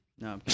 No